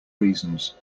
reasons